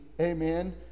Amen